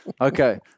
okay